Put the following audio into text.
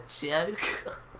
joke